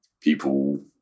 People